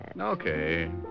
Okay